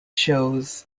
shows